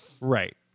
Right